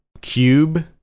cube